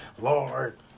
Lord